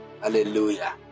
Hallelujah